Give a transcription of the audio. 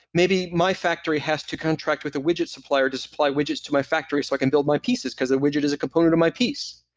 maybe my factory has to contract with the widget supplier to supply widgets to my factory so i can build my pieces, cause a widget is a component of my piece.